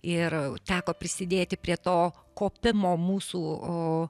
ir teko prisidėti prie to kopimo mūsų